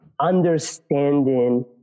understanding